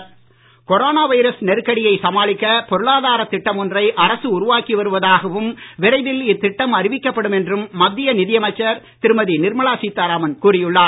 Nirmala corona virus நெருக்கடியை சமாளிக்க பொருளாதாரத் திட்டம் ஒன்றை அரசு உருவாக்கி வருவதாகவும் விரைவில் இத்திட்டம் அறிவிக்கப்படும் என்றும் மத்திய நிதியமைச்சர் திருமதி நிர்மலா சீத்தாராமன் கூறி உள்ளார்